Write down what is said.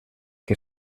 que